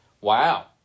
Wow